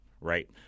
right